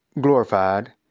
glorified